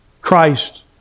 Christ